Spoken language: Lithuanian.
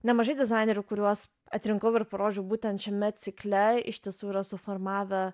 nemažai dizainerių kuriuos atrinkau ir parodžiau būtent šiame cikle iš tiesų yra suformavę